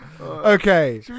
Okay